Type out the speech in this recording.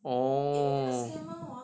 orh